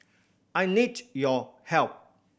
I need your help